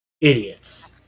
Idiots